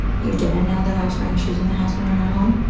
you didn't know that i was wearing shoes in the house when you're not home?